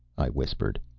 i whispered.